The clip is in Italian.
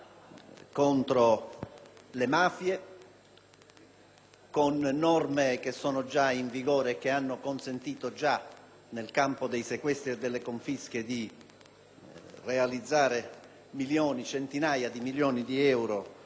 con norme, come quelle già in vigore che hanno già consentito nel campo dei sequestri e delle confische di conseguire centinaia di milioni di euro di beni confiscati ai mafiosi ed ai loro eredi,